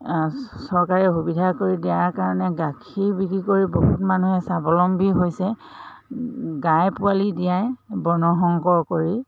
চৰকাৰে সুবিধা কৰি দিয়াৰ কাৰণে গাখীৰ বিক্ৰী কৰি বহুত মানুহে স্বাৱলম্বী হৈছে গাই পোৱালি দিয়াই বৰ্ণসংকৰ কৰি